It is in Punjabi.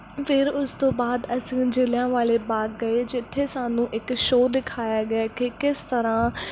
ਫਿਰ ਉਸ ਤੋਂ ਬਾਅਦ ਅਸੀਂ ਜਲਿਆਂਵਾਲਾ ਬਾਗ ਗਏ ਜਿੱਥੇ ਸਾਨੂੰ ਇੱਕ ਸ਼ੋਅ ਦਿਖਾਇਆ ਗਿਆ ਕਿ ਕਿਸ ਤਰ੍ਹਾਂ